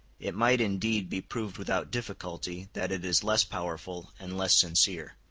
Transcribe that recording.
it might, indeed, be proved without difficulty that it is less powerful and less sincere.